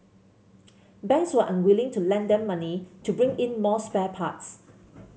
banks were unwilling to lend them money to bring in more spare parts